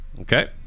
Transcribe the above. Okay